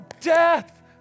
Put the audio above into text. death